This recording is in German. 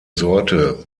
sorte